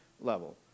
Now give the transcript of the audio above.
level